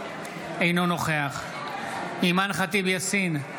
אינו נוכח אימאן ח'טיב יאסין,